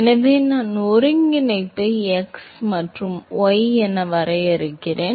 எனவே நான் ஒருங்கிணைப்பை x மற்றும் y என வரையறுக்கிறேன்